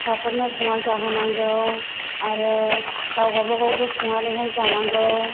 फिसाफोरनो संना जाहोनांगौ आरो गाव गाबागावबो संनानै जानांगौ